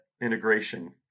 integration